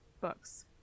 books